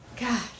God